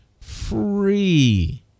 free